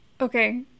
Okay